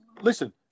listen